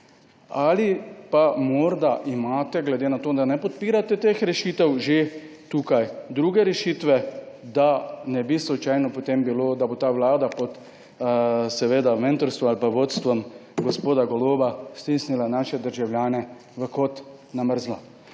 Ali pa morda imate, glede na to, da ne podpirate teh rešitev, tukaj že druge rešitve, da ne bi slučajno potem bilo, da bo ta vlada pod mentorstvom ali vodstvom gospoda Goloba stisnila naše državljane v kot, na mrzlo.